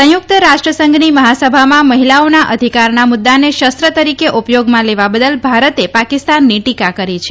સંયુકત રાષ્ટ્રસંઘની મહાસભામાં મહિલાઓના અધિકારના મુદ્દાને શસ્ત્ર તરીકે ઉપયોગમાં લેવા બદલ ભારતે પાકિસ્તાનની ટીકા કરી છે